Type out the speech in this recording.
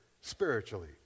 spiritually